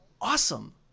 awesome